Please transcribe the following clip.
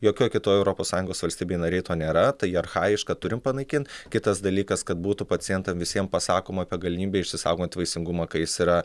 jokioj kitoj europos sąjungos valstybėj narėj to nėra tai archajiška turim panaikint kitas dalykas kad būtų pacientam visiems pasakoma apie galimybę išsaugot vaisingumą kai jis yra